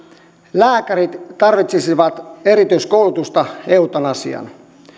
lääkärit tarvitsisivat erityiskoulutusta eutanasiaan